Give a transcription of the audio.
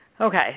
Okay